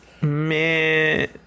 Man